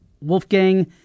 Wolfgang